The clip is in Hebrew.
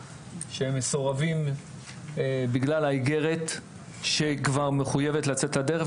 שמסורבים בגלל האיגרת שמחויבת לצאת לדרך.